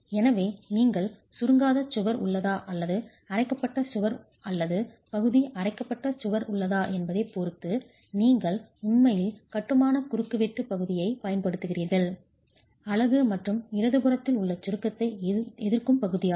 எனவே நீங்கள் சுருங்காத சுவர் உள்ளதா அல்லது அரைக்கப்பட்ட சுவர் அல்லது பகுதி அரைக்கப்பட்ட சுவர் உள்ளதா என்பதைப் பொறுத்து நீங்கள் உண்மையில் கட்டுமான குறுக்குவெட்டு பகுதியைப் பயன்படுத்துகிறீர்கள் அலகு மற்றும் இடதுபுறத்தில் உள்ள சுருக்கத்தை எதிர்க்கும் பகுதியாகும்